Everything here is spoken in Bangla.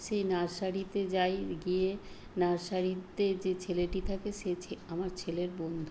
সেই নার্সারিতে যাই গিয়ে নার্সারিতে যে ছেলেটি থাকে সেই আমার ছেলের বন্ধু